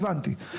הבנתי.